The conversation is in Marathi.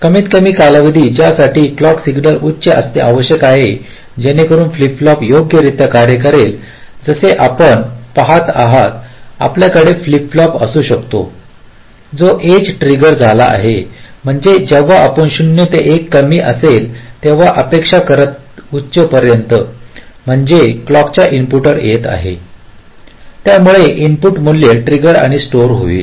कमीतकमी कालावधी ज्यासाठी क्लॉक सिग्नल उच्च असणे आवश्यक आहे जेणेकरून फ्लिप फ्लॉप योग्य रित्या कार्य करेल जसे आपण पहात आहात आपल्याकडे फ्लिप फ्लॉप असू शकतो जो एज ट्रिगर झाला आहे म्हणजे जेव्हा आपण 0 ते 1 कमी असेल तेव्हा अपेक्षा करता उच्च पर्यंत म्हणजे क्लॉक च्या इनपुटवर येत आहे यामुळे इनपुट मूल्य ट्रिगर आणि स्टोर होईल